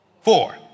Four